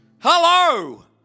Hello